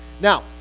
Now